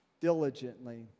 diligently